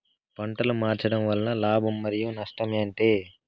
పంటలు మార్చడం వలన లాభం మరియు నష్టం ఏంటి